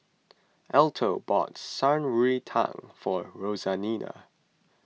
Alto bought Shan Rui Tang for Roseanna